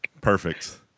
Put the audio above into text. Perfect